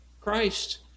Christ